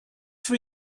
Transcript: for